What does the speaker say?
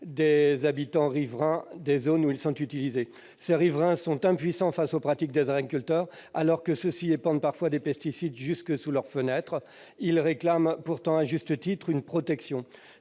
des habitants riverains des zones où ils sont utilisés. Ces riverains sont impuissants face aux pratiques des agriculteurs, alors que ceux-ci épandent parfois des pesticides jusque sous leurs fenêtres. Ils réclament pourtant, à juste titre, une protection.